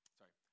sorry